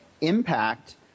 impact